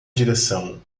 direção